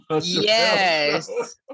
yes